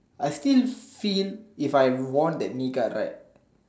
I still see if I wore the knee guard right